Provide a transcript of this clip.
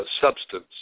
substance